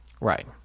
Right